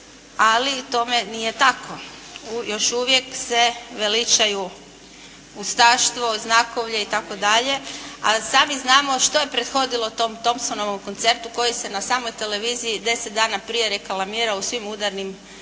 ali tome nije tako. Još uvijek se veličaju ustaštvo, znakovi itd. A sami znamo što je prethodilo tom Thompsonovom koncertu koji se na samoj televiziji deset dana prije reklamirao u svim udarnim terminima.